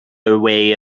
away